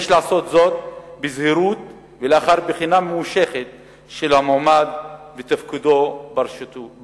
יש לעשות זאת בזהירות ולאחר בחינה ממושכת של המועמד בתפקידו ברשות.